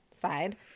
side